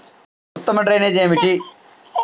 ఉత్తమ డ్రైనేజ్ ఏమిటి?